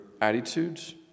attitudes